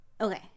Okay